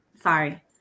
sorry